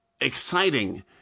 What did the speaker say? exciting